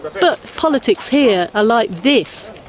but politics here are like this.